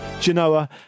Genoa